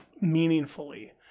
meaningfully